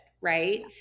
Right